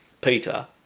Peter